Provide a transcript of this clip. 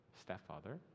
stepfather